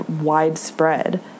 widespread